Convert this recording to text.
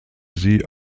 sie